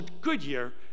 Goodyear